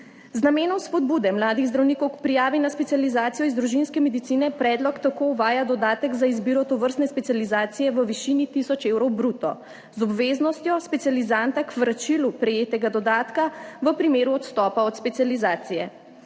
Z namenom spodbude mladih zdravnikov k prijavi na specializacijo iz družinske medicine predlog tako uvaja dodatek za izbiro tovrstne specializacije v višini tisoč evrov bruto z obveznostjo specializanta k vračilu prejetega dodatka v primeru odstopa od specializacije.